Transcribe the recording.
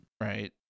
Right